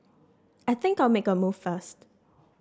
I think I'll make a move first